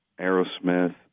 Aerosmith